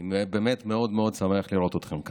אני באמת מאוד מאוד שמח לראות אתכם כאן.